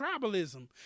tribalism